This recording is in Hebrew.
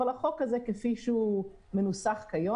אבל החוק הזה כפי שהוא מנוסח כיום,